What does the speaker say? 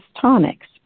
tonics